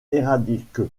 héraldique